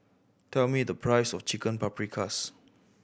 tell me the price of Chicken Paprikas